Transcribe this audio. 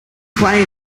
play